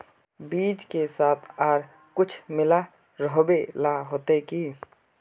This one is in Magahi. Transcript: बीज के साथ आर कुछ मिला रोहबे ला होते की?